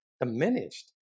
diminished